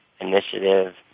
initiative